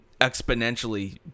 exponentially